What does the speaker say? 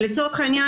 ולצורך העניין,